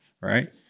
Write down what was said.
Right